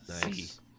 Nice